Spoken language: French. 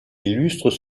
illustrent